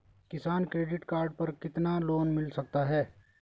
किसान credit card पर कितना लोंन मिल सकता है?